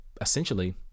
essentially